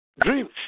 dreams